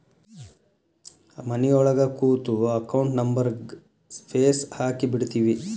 ಮನಿಯೊಳಗ ಕೂತು ಅಕೌಂಟ್ ನಂಬರ್ಗ್ ಫೇಸ್ ಹಾಕಿಬಿಡ್ತಿವಿ